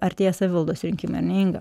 artėja savivaldos rinkimai ar ne inga